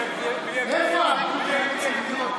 מי יגדיר אותו?